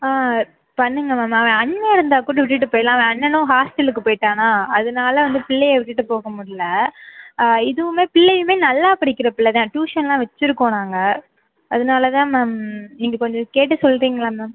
ஆ பண்ணுங்க மேம் அவள் அண்ணன் இருந்தால் கூட விட்டுட்டு போயிடலாம் அவள் அண்ணனும் ஹாஸ்டலுக்கு போய்ட்டானா அதனால் வந்து பிள்ளையை விட்டுட்டு போக முடில இதுவுமே பிள்ளையுமே நல்லா படிக்கிற பிள்ளை தான் டியூசன்லாம் வச்சிருக்கோம் நாங்கள் அதனால் தான் மேம் நீங்கள் கொஞ்சம் கேட்டு சொல்றீங்களா மேம்